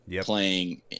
playing